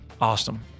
awesome